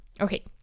okay